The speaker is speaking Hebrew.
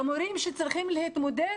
למורים שצריכים להתמודד,